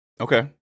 okay